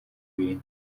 ibintu